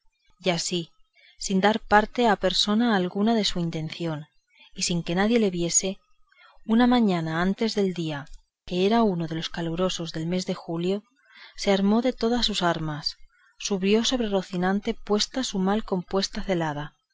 y así sin dar parte a persona alguna de su intención y sin que nadie le viese una mañana antes del día que era uno de los calurosos del mes de julio se armó de todas sus armas subió sobre rocinante puesta su mal compuesta celada